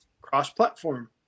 cross-platform